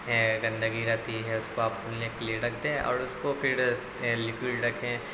گندگی رہتی ہے اس کو آپ پھولنے کے لیے رکھ دیں اور اس کو پھر لکوڈ رکھیں